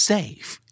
Safe